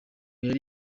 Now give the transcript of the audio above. yari